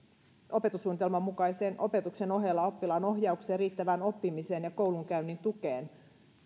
opetussuunnitelman mukaisen opetuksen ohella oppilaanohjaukseen riittävään oppimiseen ja koulunkäynnin tukeen